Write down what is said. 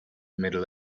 middle